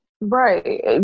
Right